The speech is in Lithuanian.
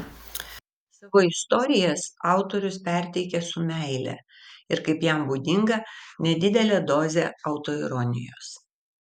savo istorijas autorius perteikia su meile ir kaip jam būdinga nedidele doze autoironijos